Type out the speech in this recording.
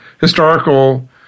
historical